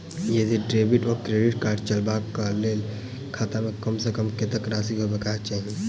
यदि डेबिट वा credit card चलबाक कऽ लेल खाता मे कम सऽ कम कत्तेक राशि हेबाक चाहि?